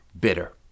Bitter